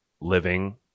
living